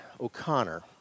O'Connor